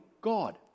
God